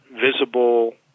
visible